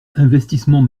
investissements